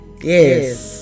Yes